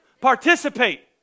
participate